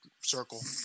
circle